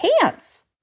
pants